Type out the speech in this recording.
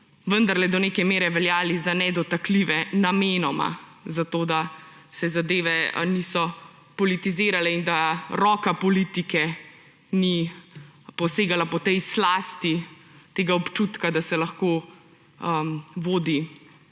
vendarle do neke mere veljali za nedotakljive − namenoma, zato da se zadeve niso politizirale in da roka politike ni posegala po tej slasti tega občutka, da se lahko vodi